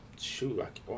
Shoot